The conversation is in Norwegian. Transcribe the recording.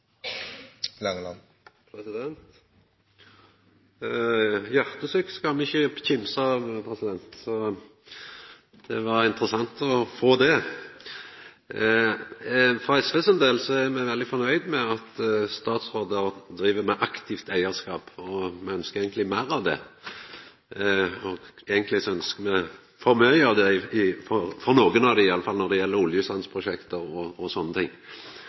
Hjartesukk skal me ikkje kimse av, så det var interessant at det kom. For SV sin del er me veldig fornøgde med at statsrådar driv med aktiv eigarskap, og me ønskjer eigentleg meir av det – eigentleg ønskjer me for mykje av det når det gjeld noko av det, iallfall når det gjeld oljesandprosjekt og